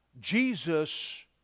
Jesus